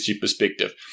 perspective